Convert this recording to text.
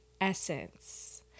essence